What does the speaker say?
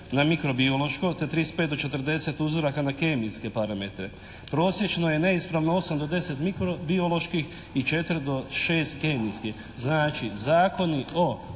na mikrobiološko te 35 do 40 uzoraka na kemijske parametre. Prosječno je neispravno 8 do 10 mikrobioloških i 4 do 6 kemijskih. Znači zakoni o